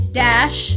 dash